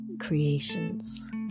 creations